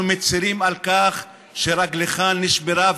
אנחנו מצירים על כך שרגלך נשברה,